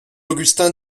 augustin